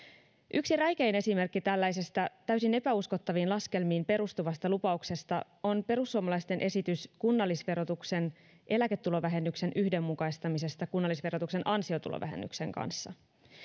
yksi räikein esimerkki tällaisesta täysin epäuskottaviin laskelmiin perustuvasta lupauksesta on perussuomalaisten esitys kunnallisverotuksen eläketulovähennyksen yhdenmukaistamisesta kunnallisverotuksen ansiotulovähennyksen kanssa